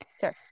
Sure